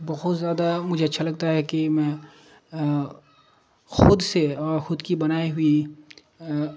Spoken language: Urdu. بہت زیادہ مجھے اچھا لگتا ہے کہ میں خود سے اور خود کی بنائی ہوئی